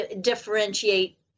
differentiate